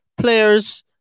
players